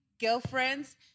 girlfriends